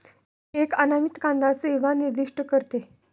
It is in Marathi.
एक अनामित कांदा सेवा निर्दिष्ट करते